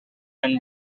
and